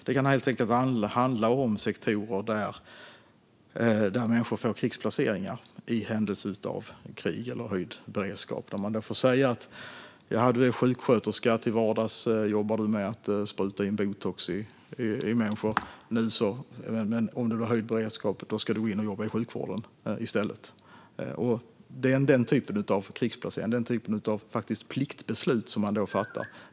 Det är helt enkelt sektorer där människor får krigsplaceringar i händelse av krig eller höjd beredskap. Då får man säga: Jaha, du är sjuksköterska, och till vardags jobbar du med att spruta in botox i människor, men om det blir förhöjd beredskap ska du gå in och jobba i sjukvården i stället! Det är den typen av pliktbeslut som man fattar.